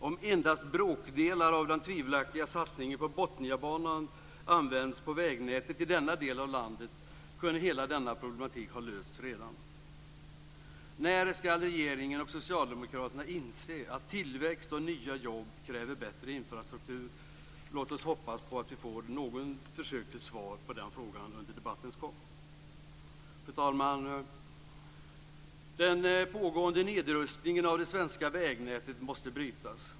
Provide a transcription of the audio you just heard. Om endast bråkdelar av den tvivelaktiga satsningen på Botniabanan använts på vägnätet i denna del av landet, kunde hela denna problematik redan ha lösts. När ska regeringen och Socialdemokraterna inse att tillväxt och nya jobb kräver bättre infrastruktur? Låt oss hoppas på att vi får något försök till svar på frågan under debattens gång. Fru talman! Den pågående nedrustningen av det svenska vägnätet måste brytas.